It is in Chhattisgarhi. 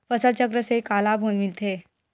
फसल चक्र से का लाभ मिलथे?